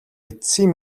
эцсийн